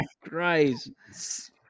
Christ